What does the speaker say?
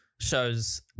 shows